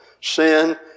sin